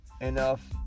enough